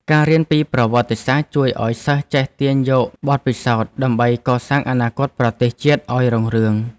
ការរៀនពីប្រវត្តិសាស្ត្រជួយឱ្យសិស្សចេះទាញយកបទពិសោធន៍ដើម្បីកសាងអនាគតប្រទេសជាតិឱ្យរុងរឿង។